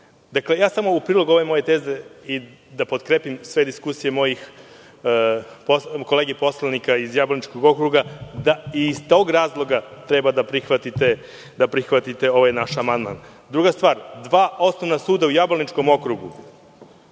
okrugu. Dakle, ja samo u prilog ovoj mojoj tezi, da potkrepim sve diskusije mojih kolega poslanika iz Jablaničkog okruga, da iz tog razloga treba da prihvatite ovaj naš amandman. Druga stvar, dva osnovna suda u jablaničkom okrugu